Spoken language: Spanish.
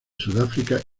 sudáfrica